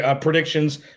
Predictions